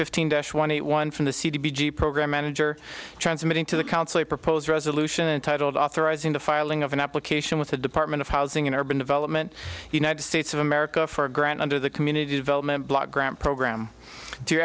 fifteen to twenty one from the cd b g program manager transmitting to the council a proposed resolution entitled authorizing the filing of an application with the department of housing and urban development united states of america for a grant under the community development block grant program